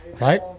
Right